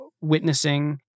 witnessing